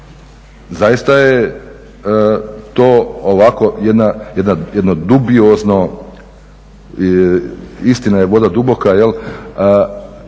zaista je to ovako jedno dubiozno. Istina je voda duboka, kako